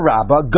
Rabba